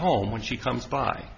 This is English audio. home when she comes by